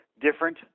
different